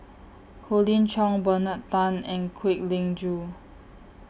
Colin Cheong Bernard Tan and Kwek Leng Joo